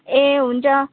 ए हुन्छ